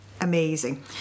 amazing